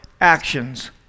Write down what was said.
actions